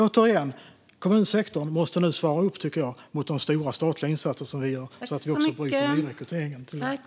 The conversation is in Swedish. Återigen: Kommunsektorn måste nu svara upp mot de stora statliga insatser vi gör så att vi bryter nyrekryteringen till brottslighet.